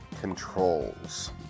controls